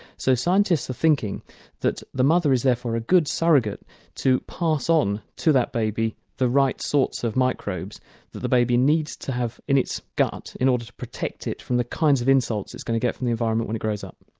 so scientists are thinking that the mother is therefore a good surrogate to pass on to that baby the right sorts of microbes that the baby needs to have in its gut in order to protect it from the kinds of insults it's going to get from the environment when it grows up.